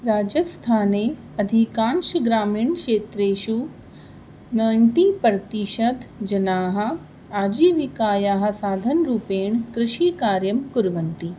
राजस्थाने अधिकांशग्रामीणक्षेत्रेषु नैण्टि प्रतिशतं जनाः आजीविकायाः साधनरूपेण कृषिकार्यं कुर्वन्ति